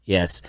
Yes